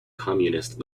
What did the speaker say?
communist